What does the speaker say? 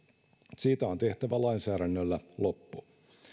siitä on tehtävä lainsäädännöllä loppu